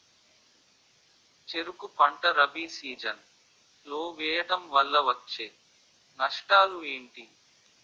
చెరుకు పంట రబీ సీజన్ లో వేయటం వల్ల వచ్చే నష్టాలు ఏంటి?